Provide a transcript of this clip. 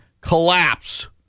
collapse